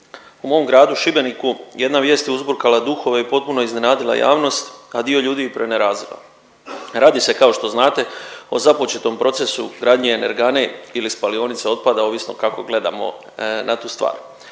U mom gradu Šibeniku jedna vijest je uzburkala duhove i potpuno iznenadila javnost, a dio ljudi i prenerazila. Radi se, kao što znate, o započetom procesu gradnje energane ili spalionice otpada, ovisno kako gledamo na tu stvar.